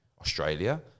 Australia